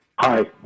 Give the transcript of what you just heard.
Hi